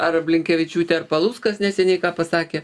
ar blinkevičiūtė ar paluckas neseniai ką pasakė